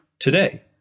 Today